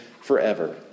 forever